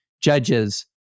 judges